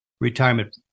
retirement